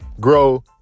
grow